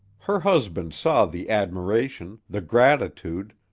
her husband saw the admiration, the gratitude,